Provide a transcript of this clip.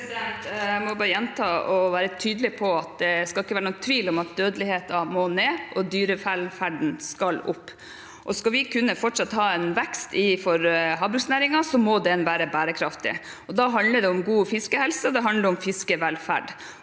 Jeg må bare gjenta og være tydelig på at det ikke skal være noen tvil om at dødeligheten må ned og dyrevelferden opp. Skal vi fortsatt kunne ha en vekst for havbruksnæringen, må den være bærekraftig, og da handler det om god fiskehelse og om fiskevelferd.